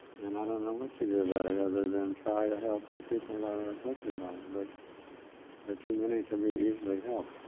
and i don't know what you do about it, other than try to help the people that are affected by it, um but there are too many to be easily helped.